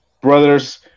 brothers